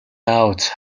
out